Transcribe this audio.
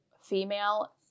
female